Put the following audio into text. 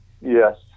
yes